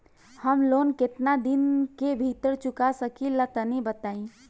हम लोन केतना दिन के भीतर चुका सकिला तनि बताईं?